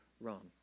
wrong